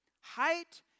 height